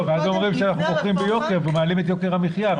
אז אומרים שאנחנו מוכרים ביוקר ומעלים את יוקר המחיה.